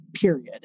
period